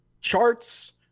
charts